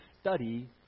study